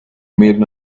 made